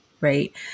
right